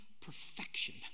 perfection